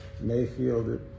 Mayfield